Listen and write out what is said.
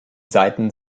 seiten